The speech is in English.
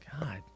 God